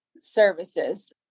services